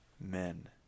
men